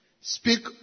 speak